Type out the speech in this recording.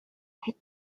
hit